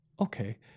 Okay